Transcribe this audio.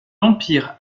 empire